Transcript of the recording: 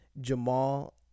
jamal